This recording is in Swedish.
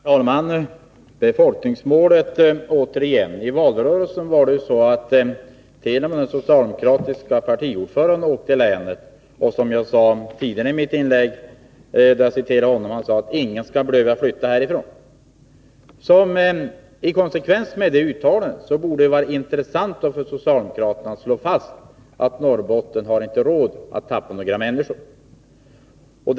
Herr talman! När det återigen gäller befolkningsmålet, var det i valrörelsen så att t.o.m. den socialdemokratiske partiordföranden var i länet. Som jag nämnde i mitt tidigare inlägg, sade han: ”Ingen skall behöva flytta härifrån.” I konsekvens med detta uttalande borde det vara intressant för socialdemokraterna att slå fast att Norrbotten inte har råd att tappa några 51 människor.